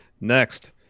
Next